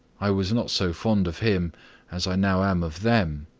i was not so fond of him as i now am of them.